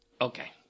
okay